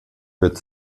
wird